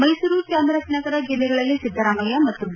ಮೈಸೂರು ಚಾಮರಾಜನಗರ ಜಿಲ್ಲೆಗಳಲ್ಲಿ ಸಿದ್ದರಾಮಯ್ಯ ಮತ್ತು ಬಿ